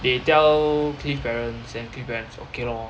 they tell cliff parents then cliff parents okay lor